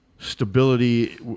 stability